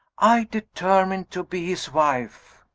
i determine to be his wife!